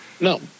No